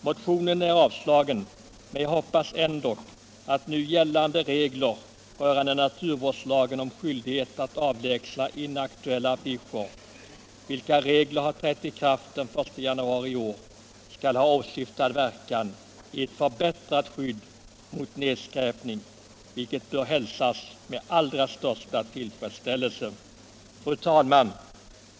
Motionen har avstyrkts, men jag hoppas ändock att de nu gällande reglerna i naturvårdslagen om skyldighet att avlägsna inaktuella affischer, vilka regler har trätt i kraft den 1 januari i år, skall ha åsyftad verkan i form av ett förbättrat skydd mot nedskräpning. Det bör i så fall hälsas med den allra största tillfredsställelse. Fru talman!